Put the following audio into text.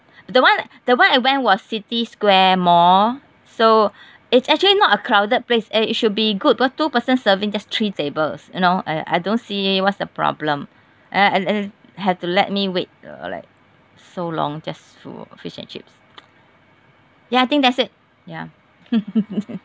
the one the one I went was city square mall so it's actually not a crowded place it should be good because two person serving just three tables you know I I don't see what's the problem uh uh uh had to let me wait uh like so long just for fish and chips ya I think that's it ya